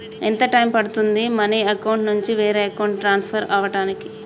ఎంత టైం పడుతుంది money account నుంచి వేరే అకౌంట్ కి ట్రాన్స్ఫర్ కావటానికి?